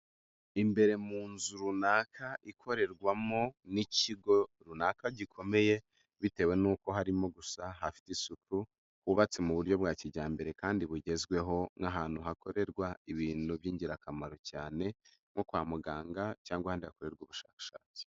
Imbere mu nzu runaka ikorerwamo n'ikigo runaka gikomeye bitewe n'uko harimo gusa, hafite isuku hubatse mu buryo bwa kijyambere kandi bugezweho nk'ahantu hakorerwa ibintu by'ingirakamaro cyane nko kwa muganga cyangwa ahandi hakorerwa ubushakashatsi.